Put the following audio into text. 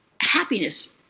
happiness